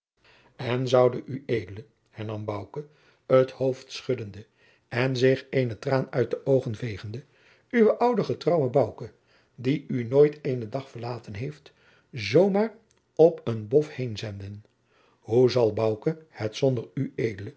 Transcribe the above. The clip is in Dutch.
zoude ued hernam bouke het hoofd schuddende en zich eene traan uit de oogen veegende uwen ouden getrouwen bouke die u nooit eenen dag verlaten heeft zoo maar op een bof heenzenden hoe zal bouke het zonder